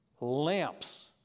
lamps